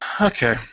Okay